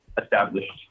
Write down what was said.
established